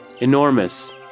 Enormous